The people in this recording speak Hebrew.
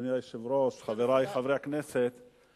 אדוני היושב-ראש, לשכנז שמות זו